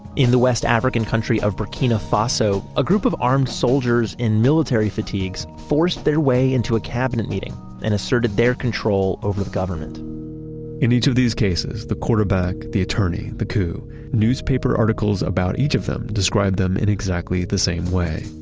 in the west african country of burkina faso, a group of armed soldiers in military fatigues forced their way into a cabinet meeting and asserted their control over the government in each of these cases the quarterback, the attorney, the coup newspaper articles about each of them described them in exactly the same way.